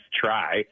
try